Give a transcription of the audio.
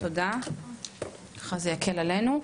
תודה ככה זה יקל עלינו.